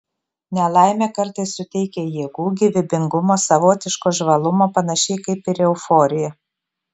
nelaimė kartais suteikia jėgų gyvybingumo savotiško žvalumo panašiai kaip ir euforija